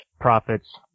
profits